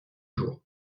jours